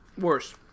Worse